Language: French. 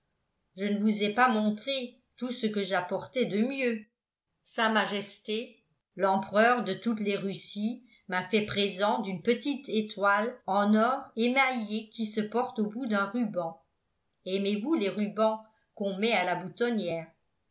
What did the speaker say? je ne vous ai pas montré tout ce que j'apportais de mieux s m l'empereur de toutes les russies m'a fait présent d'une petite étoile en or émaillé qui se porte au bout d'un ruban aimez-vous les rubans qu'on met à la boutonnière